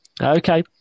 Okay